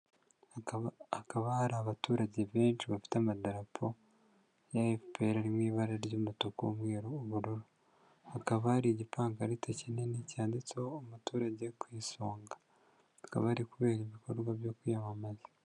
Hakaba hari abaturage benshi bafite amadarapo ya FPR ari mu ibara ry'umutuku, umweru, ubururu. Hakaba hari igipangarita kinini cyanditseho: "Umuturage ku isonga." Hakaba hari kubera ibikorwa byo kwiyamamaza.